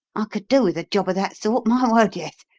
i could do with a job of that sort my word, yes!